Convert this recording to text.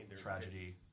Tragedy